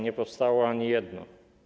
Nie powstało ani jedno.